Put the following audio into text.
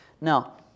Now